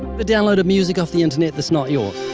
the download of music off the internet that's not yours.